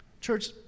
Church